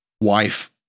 wife